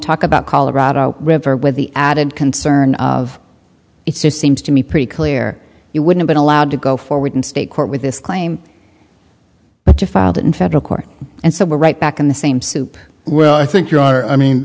talk about colorado river with the added concern of it seems to me pretty clear it would've been allowed to go forward in state court with this claim but you found it in federal court and said we're right back in the same suit well i think you are i mean